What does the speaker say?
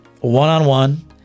one-on-one